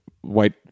white